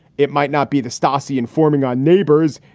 it might not be the stasi informing on neighbors.